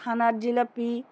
ছানার জিলিপি